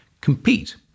compete